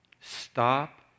Stop